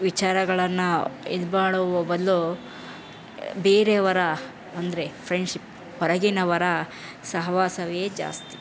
ವಿಚಾರಗಳನ್ನು ಇದು ಮಾಡುವ ಬದಲು ಬೇರೆಯವರ ಅಂದರೆ ಫ್ರೆಂಡ್ಶಿಪ್ ಹೊರಗಿನವರ ಸಹವಾಸವೇ ಜಾಸ್ತಿ